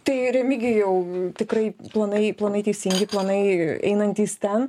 tai remigijau tikrai planai planai teisingi planai einantys ten